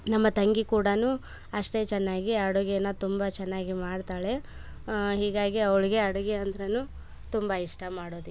ನಮ್ಮ ತಂಗಿ ಕೂಡನು ಅಷ್ಟೆ ಚೆನ್ನಾಗೆ ಅಡುಗೇನ ತುಂಬ ಚೆನ್ನಾಗಿ ಮಾಡ್ತಾಳೆ ಹೀಗಾಗಿ ಅವಳಿಗೆ ಅಡುಗೆ ಅಂದರೇನು ತುಂಬಾ ಇಷ್ಟ ಮಾಡೋದಿಕ್ಕೆ